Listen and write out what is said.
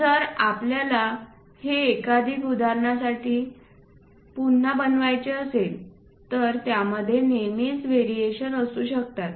जर आपल्याला हे एकाधिक उदाहरणासाठी पुन्हा बनवायचे असेल तर त्यामध्ये नेहमीच व्हेरिएशन असू शकतात